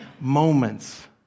moments